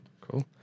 Cool